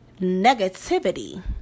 Negativity